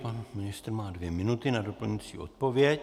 Pan ministr má dvě minuty na doplňující odpověď.